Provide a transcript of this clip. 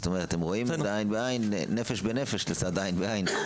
זאת אומרת הם רואים נפש בנפש לצד עין בעין.